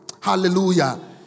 hallelujah